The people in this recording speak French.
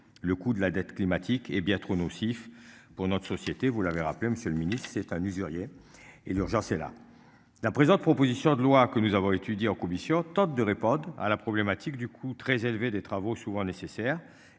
Le coût de la dette climatique est bien trop nocif pour notre société. Vous l'avez rappelé. Monsieur le Ministre, c'est un usurier et l'urgence est là. La présente, proposition de loi que nous avons étudié en commission tente de répondre à la problématique du coût très élevé des travaux souvent nécessaire